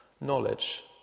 knowledge